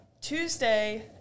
tuesday